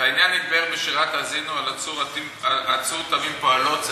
והעניין יתבאר בשירת האזינו על "הצור תמים פעלו כי